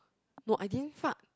no I didn't fart